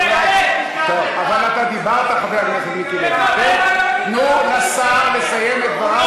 כבוד השר, זה לא נכון.